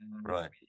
Right